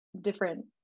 different